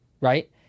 right